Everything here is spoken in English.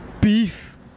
beef